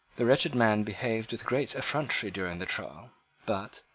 the wretched man behaved with great effrontery during the trial but,